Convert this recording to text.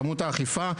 כמות האכיפה,